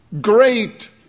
great